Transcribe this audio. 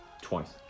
twice